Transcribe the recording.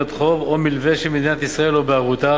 חוב או מלווה של מדינת ישראל או בערבותה,